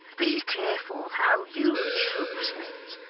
be careful how you use me.